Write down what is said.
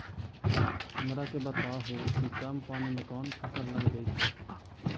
हमरा के बताहु कि कम पानी में कौन फसल लग जैतइ?